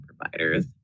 providers